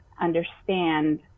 understand